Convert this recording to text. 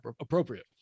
appropriate